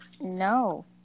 No